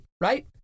right